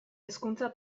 hezkuntza